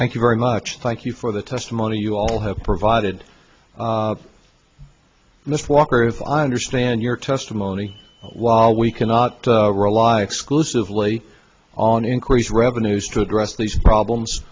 thank you very much thank you for the testimony you all have provided in this water if i understand your testimony while we cannot rely exclusively on increased revenues to address these problems